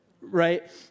right